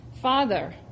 Father